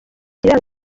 iranga